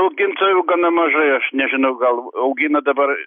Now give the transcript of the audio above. augintojų gana mažai aš nežinau gal augina dabar